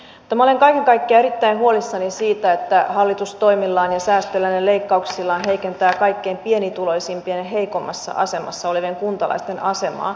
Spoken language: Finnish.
minä olen kaiken kaikkiaan erittäin huolissani siitä että hallitus toimillaan ja säästöillään ja leikkauksillaan heikentää kaikkein pienituloisimpien ja heikoimmassa asemassa olevien kuntalaisten asemaa